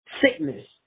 Sickness